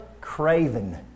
Craven